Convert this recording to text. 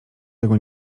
tego